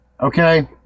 Okay